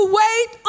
wait